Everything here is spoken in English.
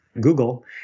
Google